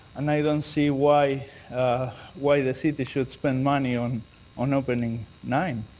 and i don't see why why the city should spend money on on opening nine.